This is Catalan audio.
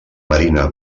marina